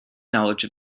knowledge